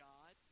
God